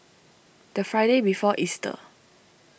the Friday before Easter